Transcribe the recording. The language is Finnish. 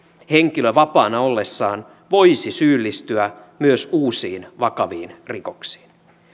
henkilö vapaana ollessaan voisi syyllistyä myös uusiin vakaviin rikoksiin